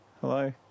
Hello